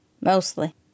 Mostly